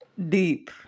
deep